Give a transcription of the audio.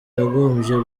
yagombye